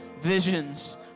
visions